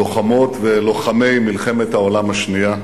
לוחמות ולוחמי מלחמת העולם השנייה,